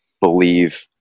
believe